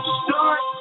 start